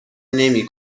نمی